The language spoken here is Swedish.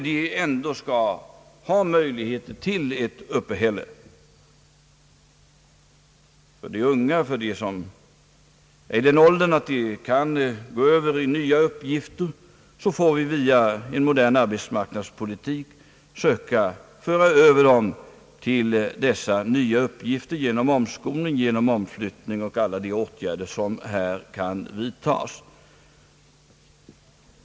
De unga och alla de andra, som är i den åldern att de kan gå över till nya uppgifter, får vi genom en modern arbetsmarknadspolitik — via omskolning, omflyttning och alla övriga åtgärder som kan vidtagas — söka föra över till sådana nya uppgifter.